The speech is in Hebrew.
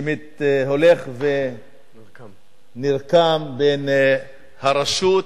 שהולך ונרקם בין הרשות,